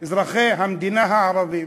אזרחי המדינה הערבים.